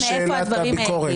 נחזור לשאלת הביקורת.